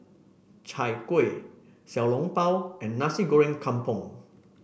Chai Kueh Xiao Long Bao and NGasi goreng Kampung